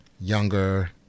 younger